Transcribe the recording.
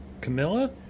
Camilla